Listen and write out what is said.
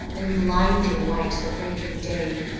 and blinding white the breaking day,